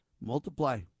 multiply